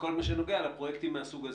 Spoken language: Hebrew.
בכל מה שנוגע לפרויקטים מסוג זה.